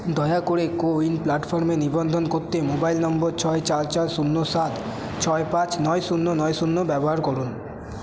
দয়া করে কোউইন প্ল্যাটফর্মে নিবন্ধন কোত্তে মোবাইল নম্বর ছয় চার চার শূন্য সাত ছয় পাঁচ নয় শূন্য নয় শূন্য ব্যবহার করুন